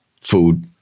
food